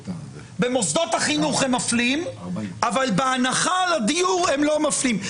במוסדות החינוך הם מפלים אבל בהנחה על הדיור הם לא מפלים.